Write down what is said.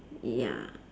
ya